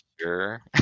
sure